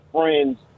friends –